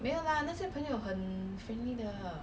do alone because you can